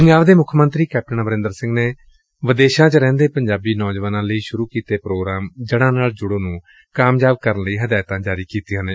ਪੰਜਾਬ ਦੇ ਮੁੱਖ ਮੰਤਰੀ ਕੈਪਟਨ ਅਮਰਿੰਦਰ ਸਿੰਘ ਨੇ ਵਿਦੇਸ਼ਾਂ ਚ ਰਹਿੰਦੇ ਪੰਜਾਬੀ ਨੌਜਵਾਨਾਂ ਲਈ ਸੁਰੁ ਕੀਤੇ ਪੋਗਰਾਮ ਜੜਾਂ ਨਾਲ ਜੁੜੋ ਨੂੰ ਕਾਮਯਾਬ ਕਰਨ ਲਈ ਹਦਾਇਤਾਂ ਜਾਰੀ ਕੀਤੀਆਂ ਨੇ